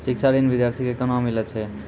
शिक्षा ऋण बिद्यार्थी के कोना मिलै छै?